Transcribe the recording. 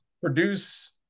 produce